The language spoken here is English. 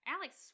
Alex